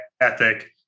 ethic